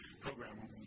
program